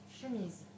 Chemise